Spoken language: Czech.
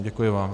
Děkuji vám.